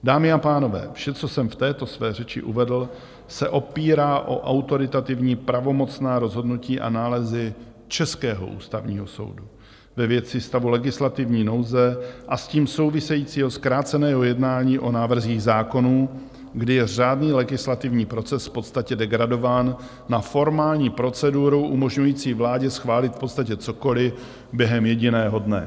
Dámy a pánové, vše, co jsem v této své řeči uvedl, se opírá o autoritativní pravomocná rozhodnutí a nálezy českého Ústavního soudu ve věci stavu legislativní nouze a s tím souvisejícího zkráceného jednání o návrzích zákonů, kdy je řádný legislativní proces v podstatě degradován na formální proceduru umožňující vládě schválit v podstatě cokoliv během jediného dne.